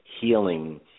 healing